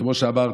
כמו שאמרתי,